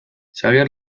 xabier